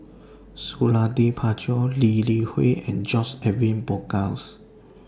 Suradi Parjo Lee Li Hui and George Edwin Bogaars